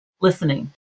listening